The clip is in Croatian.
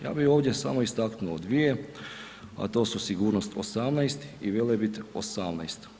Ja bi ovdje samo istaknuo dvije, a to su Sigurnost 18 i Velebit 18.